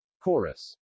Chorus